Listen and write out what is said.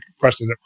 question